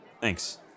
Thanks